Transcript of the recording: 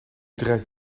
drijft